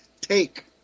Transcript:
take